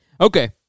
Okay